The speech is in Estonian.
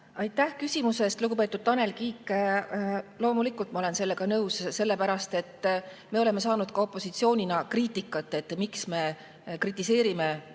Aitäh küsimuse eest, lugupeetud Tanel Kiik! Loomulikult ma olen sellega nõus. Sellepärast et me oleme saanud ka opositsioonina kriitikat, et miks me kritiseerime